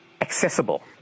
accessible